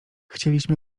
chcieliśmy